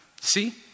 See